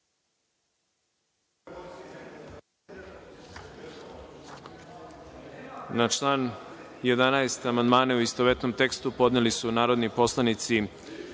Na član 11. amandmane, u istovetnom tekstu, podneli su narodni poslanik